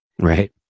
Right